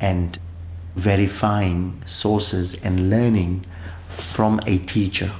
and very fine sources and learning from a teacher,